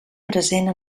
present